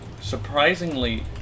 surprisingly